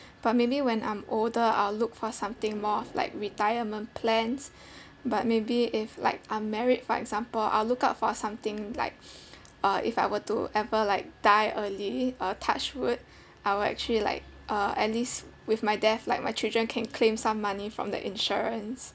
but maybe when I'm older I'll look for something more of like retirement plans but maybe if like I'm married for example I'll lookout for something like uh if I were to ever like die early uh touchwood I would actually like uh at least with my death like my children can claim some money from the insurance